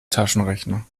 taschenrechner